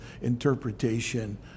interpretation